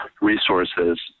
resources